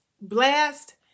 blast